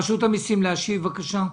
רשות המסים, להשיב בבקשה.